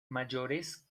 mayores